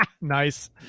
Nice